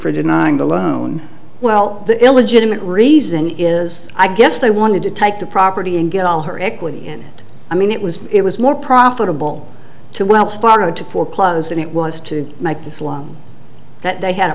for denying the loan well the illegitimate reason is i guess they wanted to take the property and get all her equity and i mean it was it was more profitable to wells fargo to foreclose than it was to make this loan that they had a